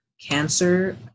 cancer